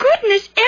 goodness